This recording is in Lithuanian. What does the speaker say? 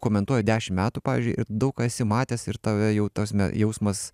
komentuoji dešim metų pavyzdžiui ir daug ką esi matęs ir tave jau tas jausmas